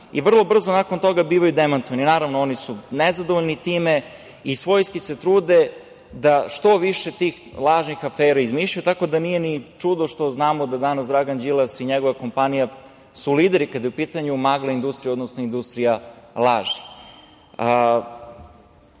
i vrlo brzo nakon toga bivaju demantovani. Naravno, oni su nezadovoljni time i svojski se trude da što više tih lažnih afera izmišljaju, tako da nije ni čudo što znamo da danas Dragan Đilas i njegova kompanija su lideri kada je u pitanju „magla industrija“, odnosno „industrija laži“.Ono